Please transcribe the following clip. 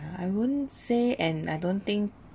I won't say and I don't think